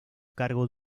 cargo